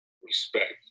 Respect